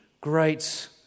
great